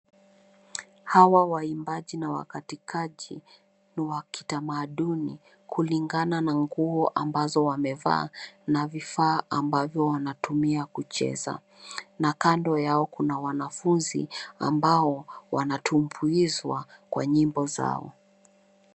Hawa waimbaji na wakatikaji ni wa kitamaduni kulingana na nguo ambazo wamevaa na vifaa ambavyo wanatumia kucheza na kando yao kuna wanafunzi ambao wanatumbizwa kwa nyimbo zao.